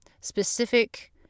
specific